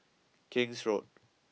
King's Road